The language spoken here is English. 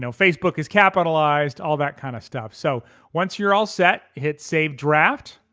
so facebook is capitalized, all that kind of stuff. so once you're all set hit save draft